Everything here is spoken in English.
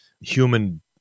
human